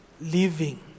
living